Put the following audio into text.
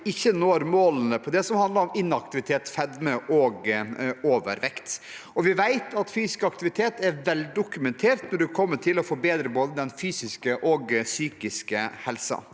ikke når målene for det som handler om inaktivitet, fedme og overvekt. Vi vet at fysisk aktivitet er veldokumentert når det gjelder å forbedre både den fysiske og psykiske helsen.